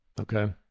Okay